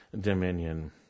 dominion